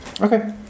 Okay